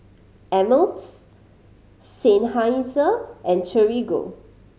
Ameltz Seinheiser and Torigo